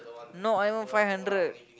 not even five hundred